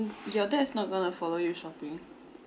your dad is not not going to follow you shopping